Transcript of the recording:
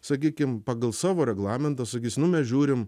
sakykim pagal savo reglamentą sakys nu mes žiūrim